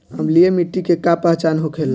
अम्लीय मिट्टी के का पहचान होखेला?